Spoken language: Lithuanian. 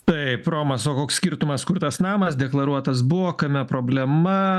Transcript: taip romas o koks skirtumas kur tas namas deklaruotas buvo kame problema